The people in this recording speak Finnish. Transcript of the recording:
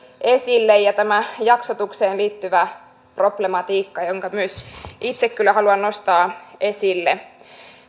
esille on tämä jaksotukseen liittyvä problematiikka jonka myös itse kyllä haluan nostaa esille